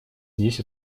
здесь